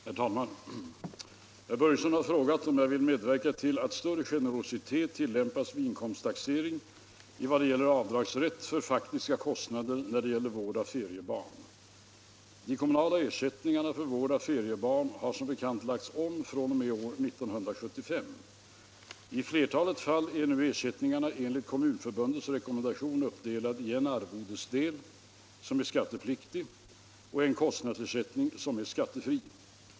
Herr talman! Herr Börjesson i Falköping har frågat mig om jag vill medverka till att större generositet tillämpas vid inkomsttaxering i vad det gäller avdragsrätt för faktiska kostnader när det gäller vård av feriebarn. De kommunala ersättningarna för vård av feriebarn har som bekant lagts om fr.o.m. år 1975. I flertalet fall är nu ersättningarna enligt Kommunförbundets rekommendation uppdelade i en arvodesdel, som är skattepliktig, och en kostnadsersättning, som är skattefri.